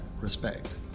respect